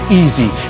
easy